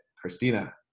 Christina